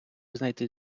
знайти